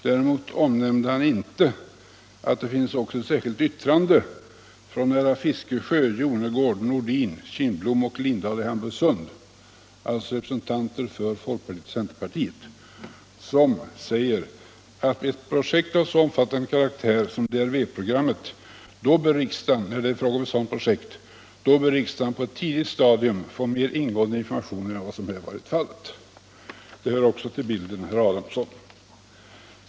Däremot omnämnde han inte att det också finns ett särskilt yttrande från herrar Fiskesjö, Jonnergård, Nordin, Kindbom och Lindahl i Hamburgsund , som säger att när det gäller ett projekt av så omfattande karaktär som DRV-programmet bör riksdagen på ett tidigt stadium få mer ingående information än vad som här har varit fallet. Det hör också till bilden, herr Adamsson.